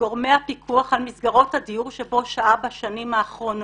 לגורמי הפיקוח על מסגרות הדיור שבהן שהה בשנים האחרונות,